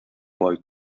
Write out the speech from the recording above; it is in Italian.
poi